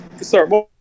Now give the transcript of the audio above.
sir